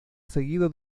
seguido